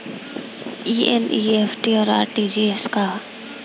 ई एन.ई.एफ.टी और आर.टी.जी.एस का ह?